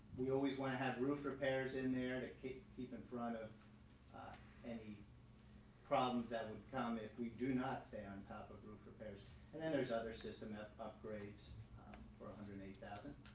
we always want to have roof repairs in there to keep keep in front of any problems that would come if we do not stay on top of roof repairs. and then there's other system upgrades for one ah hundred and eight thousand.